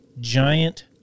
giant